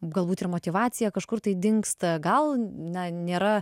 galbūt ir motyvacija kažkur tai dingsta gal na nėra